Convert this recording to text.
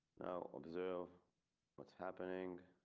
now observe what's happening.